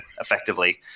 effectively